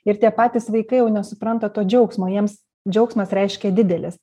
ir tie patys vaikai jau nesupranta to džiaugsmo jiems džiaugsmas reiškia didelis